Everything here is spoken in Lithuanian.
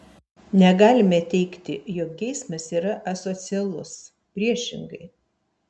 negalime teigti jog geismas yra asocialus priešingai